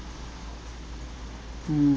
mm